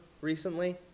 recently